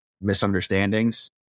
misunderstandings